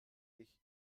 ich